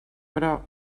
però